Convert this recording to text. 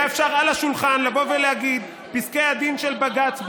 היה אפשר על השולחן לבוא ולהגיד שפסקי הדין של בג"ץ,